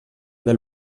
del